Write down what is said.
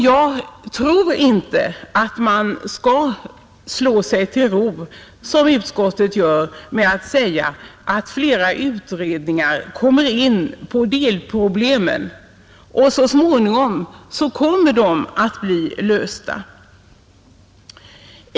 Jag tror inte att man skall slå sig till ro, som utskottet gör, med att säga att flera utredningar kommer in på delproblemen och att dessa så småningom kommer att bli lösta.